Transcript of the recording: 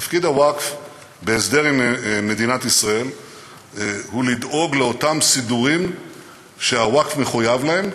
תפקיד הווקף בהסדר עם מדינת ישראל הוא לדאוג לסידורים שהווקף מחויב להם,